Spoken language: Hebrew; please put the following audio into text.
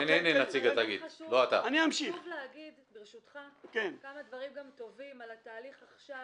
חשוב להגיד ברשותך כמה דברים גם טובים על התהליך עכשיו,